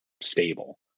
stable